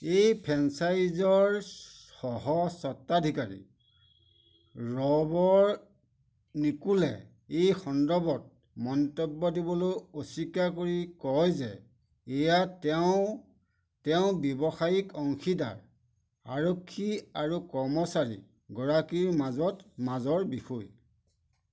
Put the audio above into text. এই ফ্ৰেঞ্চাইজিৰ সহ স্বত্বাধিকাৰী ৰ'ব নিকোলে এই সন্দৰ্ভত মন্তব্য দিবলৈ অস্বীকাৰ কৰি কয় যে এয়া তেওঁৰ তেওঁৰ ব্যৱসায়িক অংশীদাৰ আৰক্ষী আৰু কৰ্মচাৰী গৰাকীৰ মাজত মাজৰ বিষয়